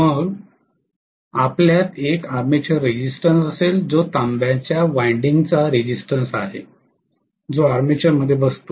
मग आपल्यात एक आर्मेचर रेझिस्टन्स असेल जो तांब्याच्या वाइंडिंगचा रेझिस्टन्स आहे जो आर्मेचर मध्ये बसतो